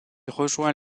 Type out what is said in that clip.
rejoint